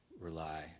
rely